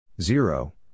Zero